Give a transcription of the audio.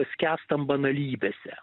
skęstam banalybėse